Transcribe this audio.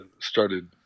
started